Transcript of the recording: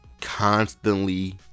constantly